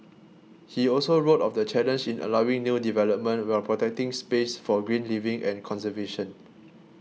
he also wrote of the challenge in allowing new development while protecting space for green living and conservation